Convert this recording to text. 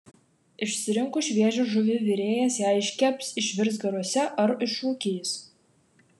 išsirinkus šviežią žuvį virėjas ją iškeps išvirs garuose ar išrūkys